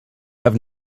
have